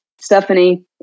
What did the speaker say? Stephanie